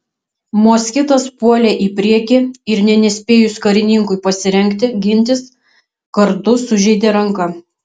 moskitas puolė į priekį ir nė nespėjus karininkui pasirengti gintis kardu sužeidė ranką